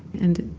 and,